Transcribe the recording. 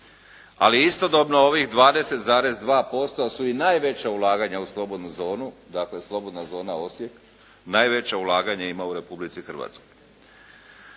je istodobno ovih 20,2% su i najveća ulaganja u slobodnu zonu, dakle slobodna zona Osijek, najveća ulaganja ima u Republici Hrvatskoj.